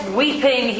weeping